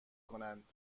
کنند